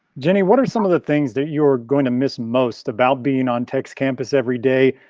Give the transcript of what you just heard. genny, what are some of the things that you're going to miss most about being on tech's campus every day?